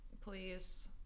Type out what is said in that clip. please